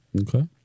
Okay